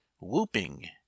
whooping